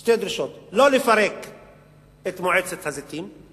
שתי דרישות: 1. לא לפרק את מועצת הזיתים,